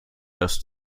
das